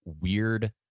weird